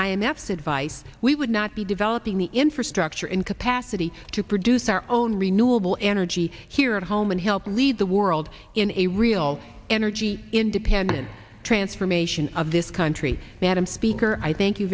f said vice we would not be developing the infrastructure in capacity to produce our own renewable energy here at home and help lead the world in a real energy independent transformation of this country madam speaker i thank you